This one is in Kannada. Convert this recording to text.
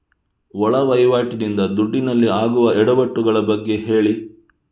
ಒಳ ವಹಿವಾಟಿ ನಿಂದ ದುಡ್ಡಿನಲ್ಲಿ ಆಗುವ ಎಡವಟ್ಟು ಗಳ ಬಗ್ಗೆ ಹೇಳಿ